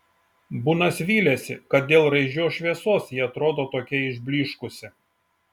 bunas vylėsi kad dėl raižios šviesos ji atrodo tokia išblyškusi